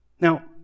Now